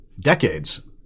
decades